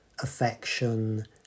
affection